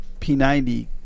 P90